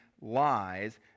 lies